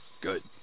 Good